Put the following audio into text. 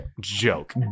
joke